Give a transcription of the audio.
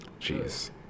Jeez